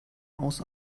aus